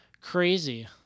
crazy